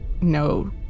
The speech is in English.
no